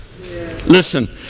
Listen